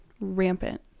Rampant